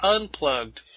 Unplugged